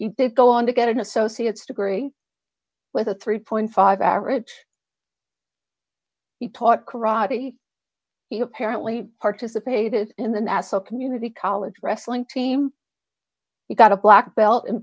you go on to get an associate's degree with a three point five average he taught karate he apparently participated in the nasa community college wrestling team he got a black belt in